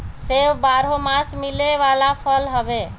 सेब बारहोमास मिले वाला फल हवे